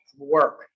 Work